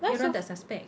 orang tak suspect